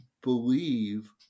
Believe